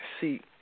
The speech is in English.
See